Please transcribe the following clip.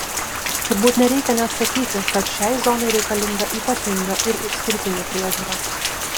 turbūt nereikia net sakyti kad šiai zonai reikalinga ypatinga ir išskirtinė priežiūra